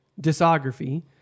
discography